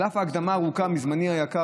על אף ההקדמה הארוכה מזמני היקר,